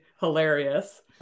hilarious